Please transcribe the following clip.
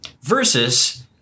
Versus